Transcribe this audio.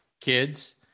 kids